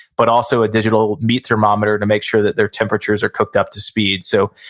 but also a digital meat thermometer to make sure that their temperatures are cooked up to speed. so,